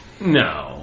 No